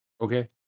Okay